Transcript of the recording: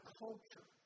culture